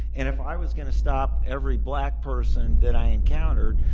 and if i was going to stop every black person that i encountered,